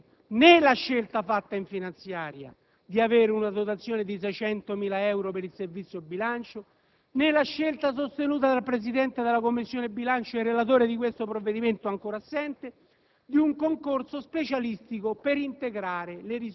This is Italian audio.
A tale riguardo, signor Presidente, non ho condiviso né la scelta fatta nella manovra finanziaria di avere una dotazione di 600.000 euro per il Servizio bilancio, né quella sostenuta dal Presidente della Commissione bilancio e relatore di questo provvedimento - ancora assente